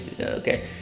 Okay